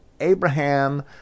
Abraham